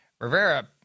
Rivera